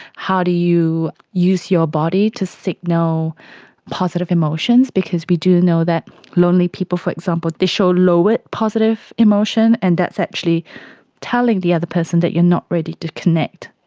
how do you use your body to signal positive emotions, because we do know that lonely people, for example, they show lower positive emotion, and that's actually telling the other person that you're not ready to connect.